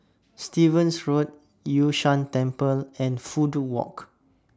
Stevens Road Yun Shan Temple and Fudu Walk